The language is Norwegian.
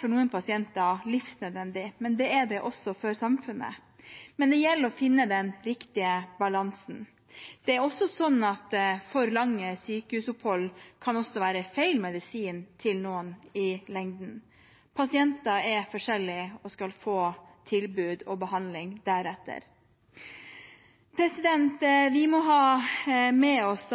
for noen pasienter livsnødvendig, men det er det også for samfunnet. Men det gjelder å finne den riktige balansen. Det er også slik at for noen kan for lange sykehusopphold være feil medisin i lengden. Pasienter er forskjellige og skal få tilbud og behandling deretter. Vi må ha med oss